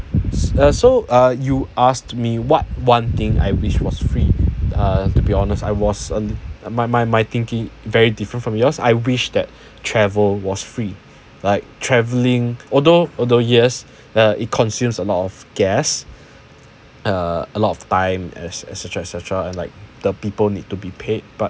so uh you asked me what one thing I wish was free uh to be honest I was and and my my my thinking very different from yours I wish that travel was free like travelling although although yes it consumes a lot of gas a lot of time as such et cetera et cetera and like the people need to be paid but